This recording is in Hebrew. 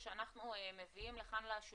מספר.